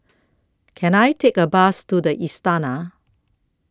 Can I Take A Bus to The Istana